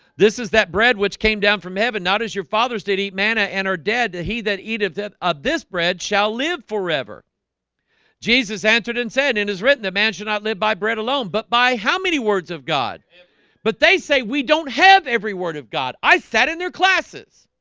this is that bread which came down from heaven not as your father's did eat manna and her dead he that eateth of ah this bread shall live forever jesus answered and said and has written the man shall not live by bread alone but by how many words of god but they say we don't have every word of god. i sat in their classes